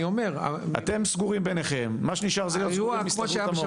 אתם סגורים בינכם, מה שנשאר זה הסתדרות המורים.